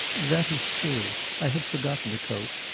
that is true. i had forgotten the coat.